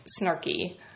snarky